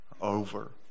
over